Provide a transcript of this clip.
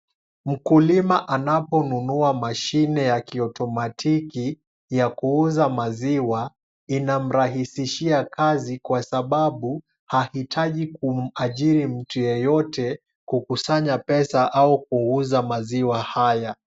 Mkulima anaponunua mashine ya kiotomatiki ya kuuza maziwa, inamrahisishia kazi kwa sababu haihitaji kumwajiri mtu yeyote kukusanya pesa au kuuza maziwa haya.